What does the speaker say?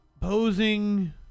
posing